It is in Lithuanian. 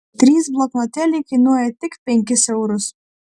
trys bloknotėliai kainuoja tik penkis eurus